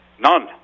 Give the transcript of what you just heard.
None